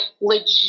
legit